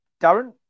Darren